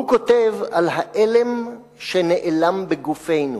הוא כותב על העלם שנעלם בגופנו,